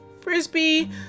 frisbee